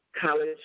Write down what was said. college